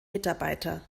mitarbeiter